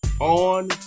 on